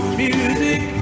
music